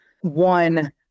one